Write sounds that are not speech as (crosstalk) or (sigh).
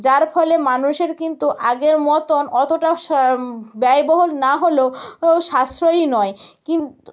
যার ফলে মানুষের কিন্তু আগের মতন অতটা (unintelligible) ব্যয়বহুল না হলেও সাশ্রয়ী নয় কিন্তু